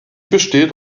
besteht